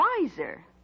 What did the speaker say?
wiser